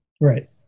Right